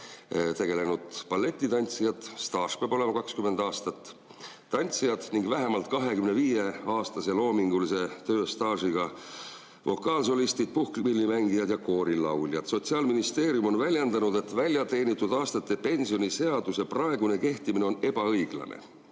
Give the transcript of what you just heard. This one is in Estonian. tegelenud balletitantsijad, tantsija staaž peab olema 20 aastat, ning vähemalt 25-aastase loomingulise töö staažiga vokaalsolistid, puhkpillimängijad ja koorilauljad. Sotsiaalministeerium on väljendanud, et väljateenitud aastate pensioni seaduse praegune kehtimine on ebaõiglane.